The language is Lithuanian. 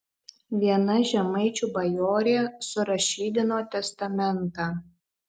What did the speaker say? viena žemaičių bajorė surašydino testamentą